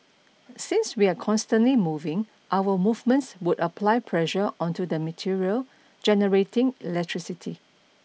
since we are constantly moving our movements would apply pressure onto the material generating electricity